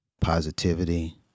positivity